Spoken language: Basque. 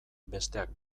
besteak